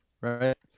right